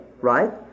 right